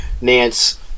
Nance